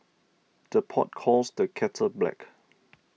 the pot calls the kettle black